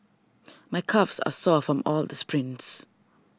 my calves are sore from all the sprints